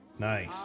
Nice